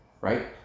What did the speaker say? right